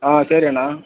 ಹಾಂ ಸರಿ ಅಣ್ಣ